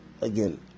again